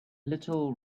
little